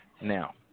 Now